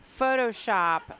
photoshop